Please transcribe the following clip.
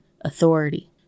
authority